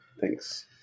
Thanks